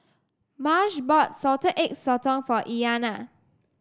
Marsh bought Salted Egg Sotong for Iyana